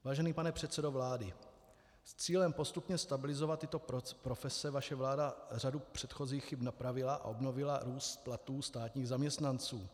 Vážený pane předsedo vlády, s cílem postupně stabilizovat tyto profese vaše vláda řadu předchozích chyb napravila a obnovila růst platů státních zaměstnanců.